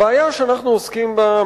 הבעיה שאנחנו עוסקים בה,